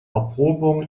erprobung